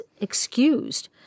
excused